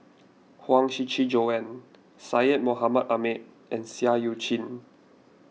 Huang Shiqi Joan Syed Mohamed Ahmed and Seah Eu Chin